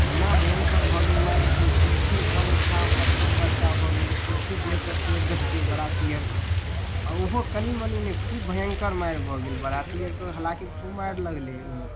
एना भयङ्कर भऽ गेल मारि कि कुर्सी उठम उठा पटकम पटका भऽ गेलै कुर्सी देह पर तोड़ि देलकै बाराती आरके आ ओहो कनि मनि नहि खूब भयङ्कर मारि भऽ गेल बाराती आरके हालाँकि खूब मारि लगलै